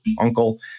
uncle